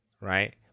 right